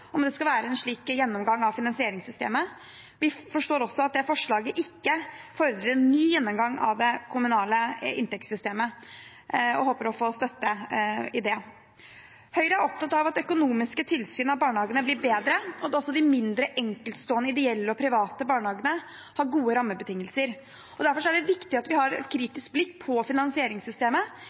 om en slik gjennomgang av finansieringssystemet. Vi forstår også at forslaget ikke fordrer ny gjennomgang av det kommunale inntektssystemet, og håper å få støtte i det. Høyre er opptatt av at det økonomiske tilsynet med barnehagene blir bedre, og at også de mindre, enkeltstående ideelle og private barnehagene har gode rammebetingelser. Derfor er det viktig at vi har et kritisk blikk på finansieringssystemet,